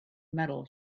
metal